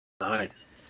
nice